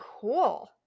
Cool